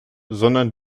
sondern